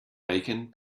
bacon